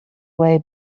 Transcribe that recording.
way